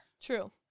True